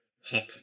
hop